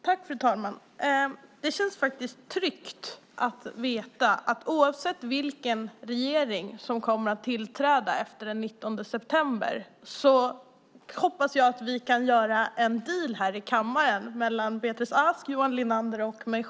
Fru talman! Det känns faktiskt tryggt att veta att oavsett vilken regering som kommer att tillträda efter den 19 september kan vi göra en deal här i kammaren mellan Beatrice Ask, Johan Linander och mig.